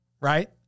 right